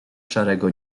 szarego